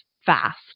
fast